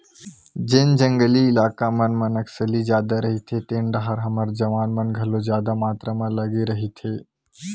जेन जंगली इलाका मन म नक्सली जादा रहिथे तेन डाहर हमर जवान मन घलो जादा मातरा लगे रहिथे